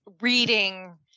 reading